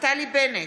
נפתלי בנט,